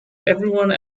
everyone